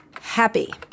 happy